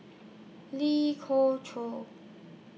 Lee Khoon Choy